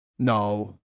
No